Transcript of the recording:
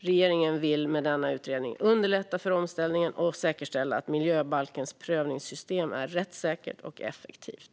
Regeringen vill med denna utredning underlätta omställningen och säkerställa att miljöbalkens prövningssystem är rättssäkert och effektivt.